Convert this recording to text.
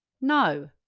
no